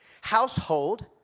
household